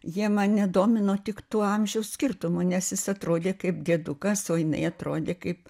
jie mane domino tik tuo amžiaus skirtumu nes jis atrodė kaip diedukas o jinai atrodė kaip